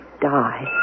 die